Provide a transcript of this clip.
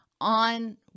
on